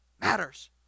matters